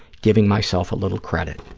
giving myself a little credit.